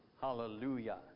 Hallelujah